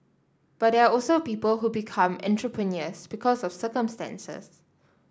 but there are also people who become entrepreneurs because of circumstances